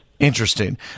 Interesting